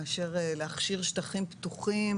מאשר להכשיר שטחים פתוחים.